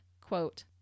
quote